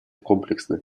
комплексно